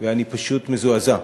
ואני פשוט מזועזע.